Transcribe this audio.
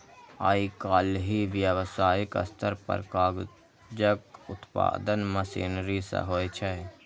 आइकाल्हि व्यावसायिक स्तर पर कागजक उत्पादन मशीनरी सं होइ छै